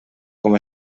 com